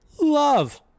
love